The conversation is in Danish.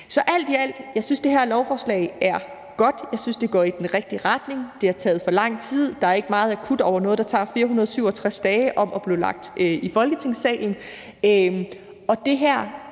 Så alt i alt synes jeg at det her lovforslag er godt. Jeg synes, det går i den rigtige retning. Det har taget for lang tid; der er ikke meget akut over noget, der tager 467 dage om at blive fremsat i Folketingssalen.